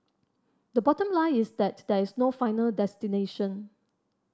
the bottom line is that there is no final destination